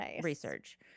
research